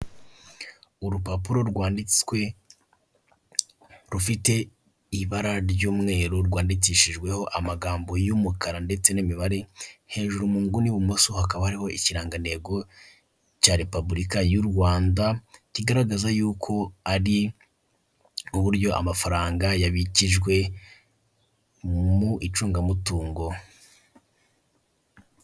Urupapuro rwanditswe rufite ibara ry'umweru rwandikishijweho amagambo y'umukara ndetse n'imibare, hejuru mu nguni y'ibumoso hakaba hariho ikirangantego cya repubulika y'u Rwanda kigaragaza yuko ari uburyo amafaranga yabikijwe mu icungamutungo.